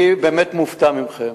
אני באמת מופתע מכם,